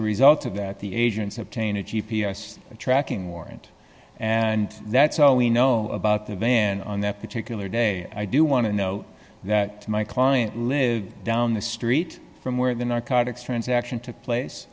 a result of that the agents obtain a g p s tracking warrant and that's all we know about the van on that particular day i do want to know that my client lived down the street from where the narcotics transaction took place